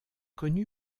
connu